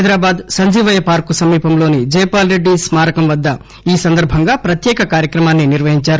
Hyderabad Sanjeevaiah park సమీపంలోని జైపాల్ రెడ్డి స్కారకం వద్ద ఈ సందర్భంగా ప్రత్యేక కార్యక్రమం నిర్వహించారు